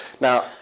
Now